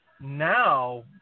now